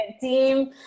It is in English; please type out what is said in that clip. team